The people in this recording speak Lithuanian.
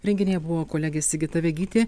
renginyje buvo kolegė sigita vegytė